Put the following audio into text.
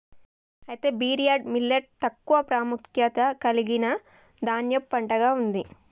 అయితే barnyard millet తక్కువ ప్రాముఖ్యత కలిగిన ధాన్యపు పంటగా ఉంది